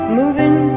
moving